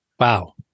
Wow